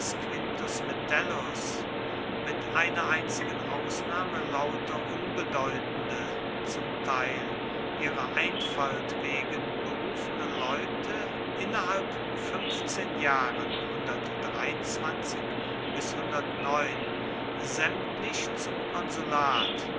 quintus metellus mit einer einzigen ausnahme lauter unbedeutende zum teil ihrer einfalt wegen berufene leute innerhalb fünfzehn jahren sämtlich zum konsulat